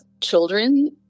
children